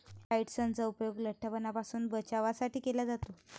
काइट्सनचा उपयोग लठ्ठपणापासून बचावासाठी केला जातो